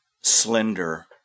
slender